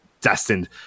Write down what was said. destined